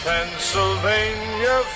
Pennsylvania